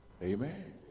Amen